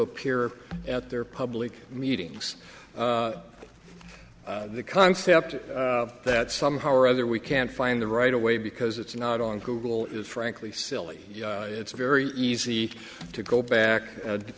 appear at their public meetings the concept that somehow or other we can't find the right away because it's not on google is frankly silly it's very easy to go back and